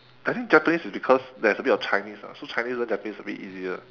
I think japanese is because there's a bit of chinese ah so chinese learn japanese a bit easier